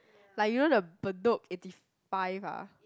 like you know the Bedok eighty five ah